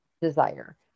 desire